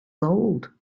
gold